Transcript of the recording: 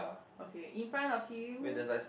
okay in front of him